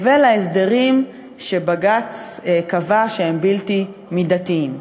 ולהסדרים שבג"ץ קבע שהם בלתי מידתיים.